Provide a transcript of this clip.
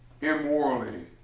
immorally